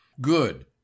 good